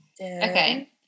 Okay